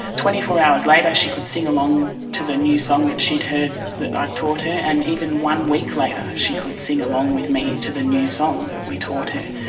twenty four hours later she could sing along to the new song that she'd heard that i'd taught her and even one week later she could sing along with me to the new song that we taught her.